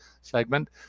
segment